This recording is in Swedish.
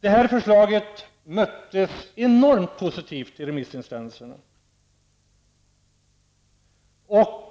Det här förslaget bemöttes enormt positivt i remissinstanserna.